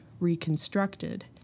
reconstructed